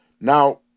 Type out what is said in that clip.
Now